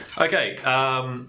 Okay